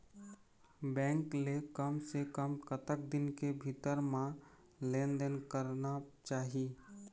Bank ले कम से कम कतक दिन के भीतर मा लेन देन करना चाही?